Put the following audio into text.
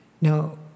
now